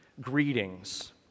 greetings